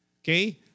okay